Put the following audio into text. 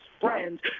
friends